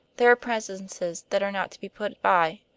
there are presences that are not to be put by.